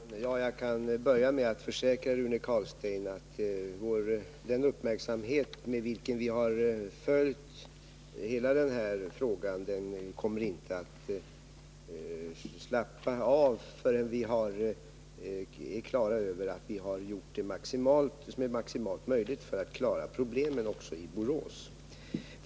Herr talman! Jag vill till att börja med försäkra Rune Carlstein att den uppmärksamhet med vilken vi har följt hela den här frågan inte kommer att avta förrän vi är på det klara med att vi har gjort vad som är maximalt möjligt för att lösa problemen också i Borås.